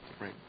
Right